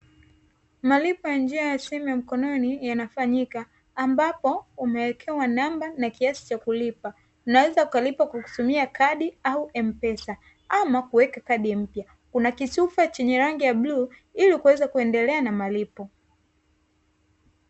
Malipo ya njia ya simu ya mkononi yanafanyika, ambapo umewekewa namba na kiasi cha kulipa, unaweza kulipa kwa kutumia kadi au "M-Pesa", ama kuweka kadi mpya. Kuna kitufe chenye rangi ya bluu ili kuweza kuendelea na malipo.